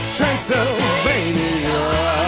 Transylvania